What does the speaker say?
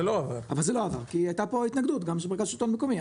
לא עבר כי הייתה פה התנגדות גם של הרשות המקומית.